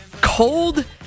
cold